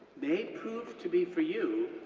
may prove to be for you,